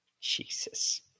Jesus